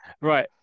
Right